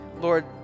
Lord